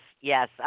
yes